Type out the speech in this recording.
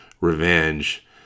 revenge